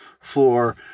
floor